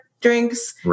drinks